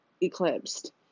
eclipsed